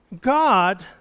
God